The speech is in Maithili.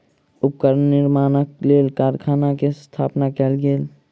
उपकरण निर्माणक लेल कारखाना के स्थापना कयल गेल